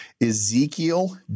Ezekiel